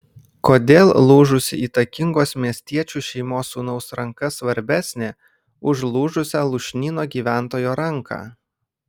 kodėl lūžusi įtakingos miestiečių šeimos sūnaus ranka svarbesnė už lūžusią lūšnyno gyventojo ranką